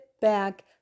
back